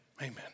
Amen